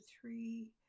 three